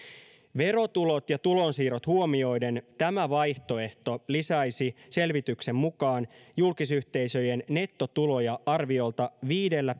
verotulot ja tulonsiirrot huomioiden tämä vaihtoehto lisäisi selvityksen mukaan julkisyhteisöjen nettotuloja arviolta viidellä